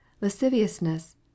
lasciviousness